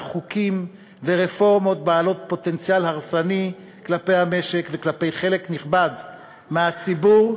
חוקים ורפורמות בעלות פוטנציאל הרסני כלפי המשק וכלפי חלק נכבד מהציבור,